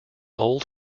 old